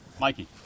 Mikey